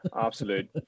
absolute